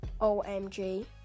omg